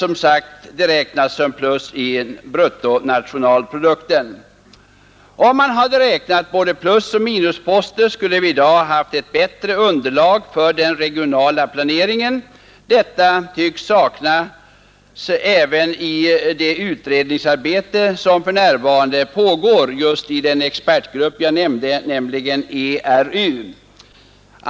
Om man hade räknat både plusoch minusposter, skulle vi i dag ha haft ett bättre underlag för den regionala planeringen. Ett tillfredsställande underlag tycks saknas även i det utredningsarbete som för närvarande pågår i den expertgrupp jag nämnde, nämligen ERU.